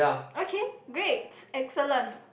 okay great excellent